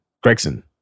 Gregson